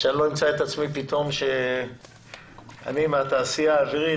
שאני לא אמצא את עצמי פתאום שאני מהתעשייה האווירית